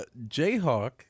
Jayhawk